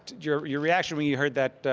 your your reaction when you heard that.